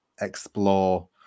explore